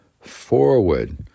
forward